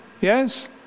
Yes